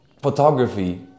photography